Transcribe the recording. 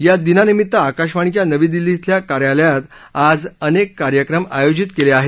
या दिनानिमित्त आकाशवाणीच्या नवी दिल्ली शिल्या कार्यालयात आज अनेक कार्यक्रम आयोजित केले आहेत